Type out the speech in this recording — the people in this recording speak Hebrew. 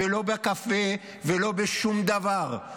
לא בקפה ולא בשום דבר.